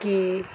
ਕਿ